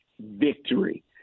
victory